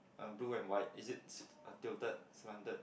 a blue and white is it a titled slanted